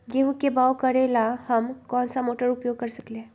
गेंहू के बाओ करेला हम कौन सा मोटर उपयोग कर सकींले?